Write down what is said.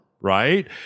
right